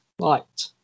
Right